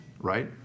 right